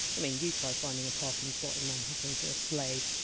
i mean, you try finding a parking spot in manhattan for a sleigh